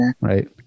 Right